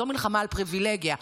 זאת מלחמה על פריבילגיה.